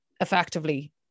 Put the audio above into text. effectively